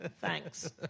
thanks